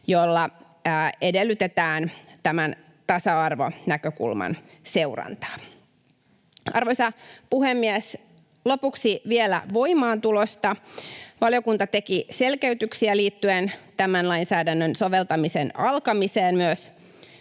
jolla edellytetään tämän tasa-arvonäkökulman seurantaa. Arvoisa puhemies! Lopuksi vielä voimaantulosta: Valiokunta teki selkeytyksiä liittyen tämän lainsäädännön soveltamisen alkamiseen. Myös